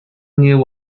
knew